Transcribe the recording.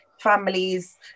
families